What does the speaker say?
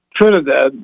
Trinidad